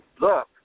look